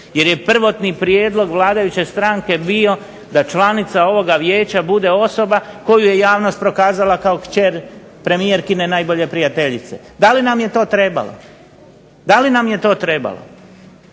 jer je prvotni prijedlog vladajuće stranke bio da članica ovoga Vijeća bude osoba koju je javnosti prokazala kao kćer premijerkine najbolje prijateljice. Da li nam je to trebalo? Da li nam je to trebalo